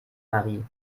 marie